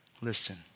Listen